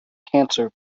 cancer